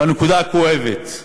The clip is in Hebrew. הנקודה הכואבת,